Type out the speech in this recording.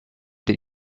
did